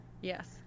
yes